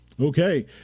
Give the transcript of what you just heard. Okay